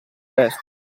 destra